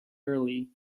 early